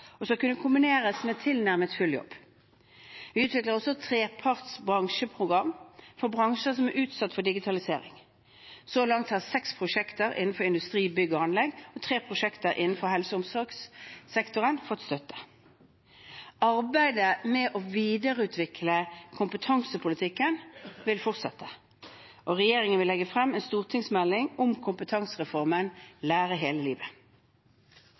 og skal kunne kombineres med tilnærmet til full jobb. Vi utvikler også et treparts bransjeprogram for bransjer som er utsatt for digitalisering. Så langt har seks prosjekter innenfor industri, bygg og anlegg og tre prosjekter innenfor helse og omsorgen fått støtte. Arbeidet med å videreutvikle kompetansepolitikken vil fortsette, og regjeringen vil legge frem en stortingsmelding om kompetansereformen Lære hele livet.